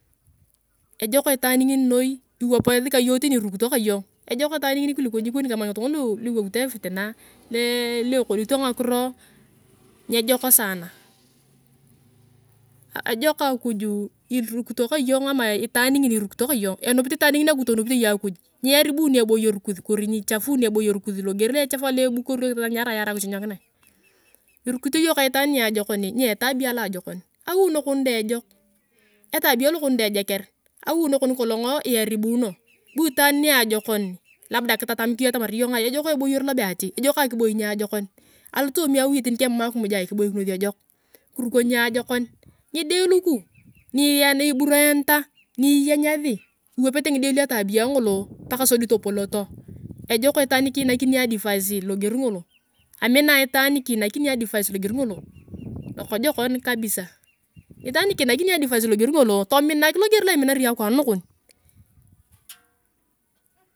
Ejoko itaan ngini noi iwapasi ka iyong tani irukito ka iyong. ejok itaan ngini tani kuliko nyikoni kama ngitunga lu iwopito epitina, lua ekodito nyakiro, nyejok saana. ejok akuj irukito ka iyong ama itaan ngini irukito ka iyong, enupit itaan ngini akuj tonupitie iyong akuj, niaribun eboyer kus, kori nyichapun eboyer kus logier echap aloebukorio kisanyarao yarae kichunhakinae. Irukito iyong ka itaan niajekon. nie etabia alojokon, awi nakon deng ejok. etabia lakon dae ejoker, awi nakon kolong niti earubinio, bu ilaan niajekon labda kitatamik iyong atamar iyongaa ejok eboyer lobe ati, ejok akiboi niajekon. alootomi awi tani kemam akimuj kiboikinos ejok. kiruko niajekon, ngide luku nia niburaeneta, niyangasi, iwepete ngide luku etabia ngolo paka sodi topolooto. ejok itaan nikinakini advice logier ngolo. amina itaan nikinakini advice logier ngolo. lokojokon kabisa. itaan nikinakini advice logier ngolo tominak logier lo lominar igong akwaan nakon.